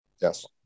Yes